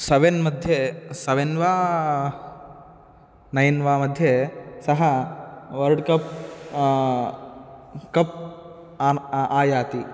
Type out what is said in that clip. seven मध्ये seven वा nine वा मध्ये सः वर्ड् कप् कप् आम् अ आयाति